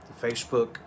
Facebook